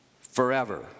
forever